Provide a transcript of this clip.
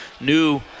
new